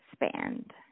expand